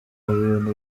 bintu